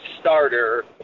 starter